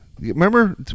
Remember